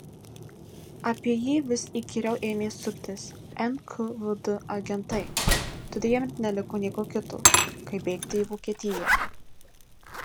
apie jį vis įkyriau ėmė suktis nkvd agentai todėl jam neliko nieko kito kaip bėgti į vokietiją